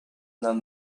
not